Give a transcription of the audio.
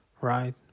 right